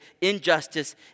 injustice